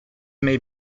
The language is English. may